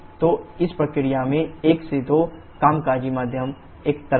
तो इस प्रक्रिया में 1 2 कामकाजी माध्यम एक तरल है